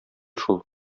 шул